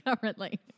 Currently